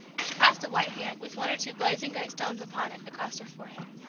she passed a white hand, with one or two blazing great stones upon it, across her forehead.